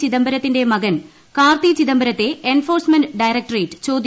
ചിദംബരത്തിന്റെ മകൻ കാർത്തി ചിദംബരത്തെ എൻഫോഴ്സ്മെന്റ് ഡയറക്ടറേറ്റ് ചോദ്യം ചെയ്തു